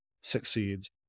succeeds